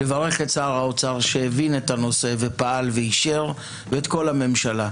לברך את שר האוצר שהבין את הנושא ופעל ואישר ואת כל הממשלה.